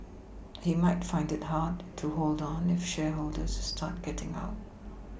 he might find it hard to hold on if shareholders start getting out